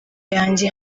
yanjye